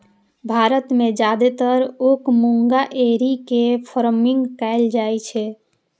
भारत मे जादेतर ओक मूंगा एरी के फार्मिंग कैल जाइ छै